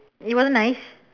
it was nice